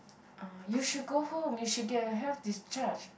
uh you should go home you should get a health discharge